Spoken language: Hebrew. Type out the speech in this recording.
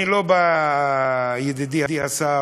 אני לא בא, ידידי השר,